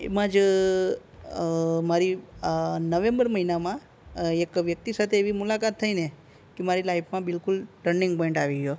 એમાં જ મારી નવેમ્બર મહિનામાં એક વ્યક્તિ સાથે એવી મુલાકાત થઈને કે મારી લાઈફમાં બિલકુલ ટર્નિંગ પોઈન્ટ આવી ગયો